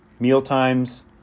Mealtimes